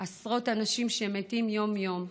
עשרות אנשים שמתים יום-יום.